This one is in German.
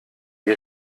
die